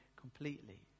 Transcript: completely